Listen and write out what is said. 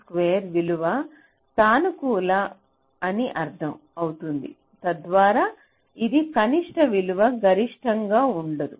d2DdU2 విలువ సానుకూల అని అర్ధం అవుతుంది తద్వారా ఇది కనిష్ట విలువ గరిష్టంగా ఉండదు